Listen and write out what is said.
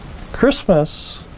Christmas